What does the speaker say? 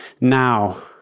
now